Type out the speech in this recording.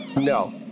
No